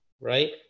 right